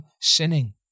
sinning